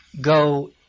go